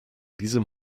diesem